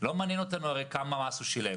הרי לא מעניין אותנו כמה מס הוא שילם,